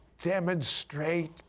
demonstrate